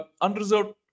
unreserved